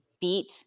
beat